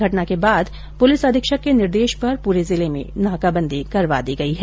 घटना के बाद पुलिस अधीक्षक के निर्देश पर पूरे जिले में नाकाबंदी करवा दी गई है